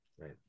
right